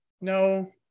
No